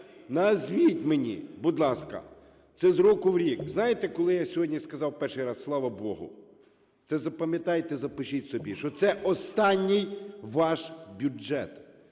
Назвіть мені, будь ласка. Це з року в рік. Знаєте, коли я сьогодні сказав перший раз: "Слава Богу"? Це запам'ятайте і запишіть собі: що це останній ваш бюджет!